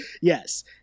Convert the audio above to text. Yes